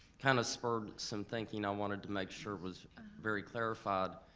kind of spurred some thinking i wanted to make sure was very clarified.